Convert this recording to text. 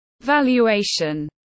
valuation